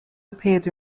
appeared